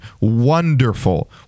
wonderful